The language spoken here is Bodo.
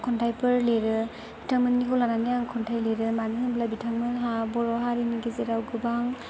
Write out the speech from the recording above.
खन्थाइफोर लिरो बिथांमोननिखौ लानानै आं खन्थाइ लिरो मानो होनब्ला बिथांमोनहा बर' हारिनि गेजेराव गोबां